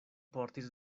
portis